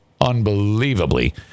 unbelievably